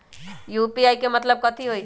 UPI के मतलब कथी होई?